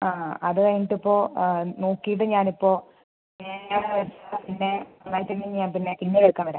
ആ ആ അത് കഴിഞ്ഞിട്ട് ഇപ്പോൾ നോക്കീട്ട് ഞാൻ ഇപ്പം പിന്നെ എങ്ങനെ വെച്ചാൽ പിന്നെ പറ്റുമെങ്കിൽ ഞാൻ പിന്നെ ഇന്ന് അത് എടുക്കാൻ വരാം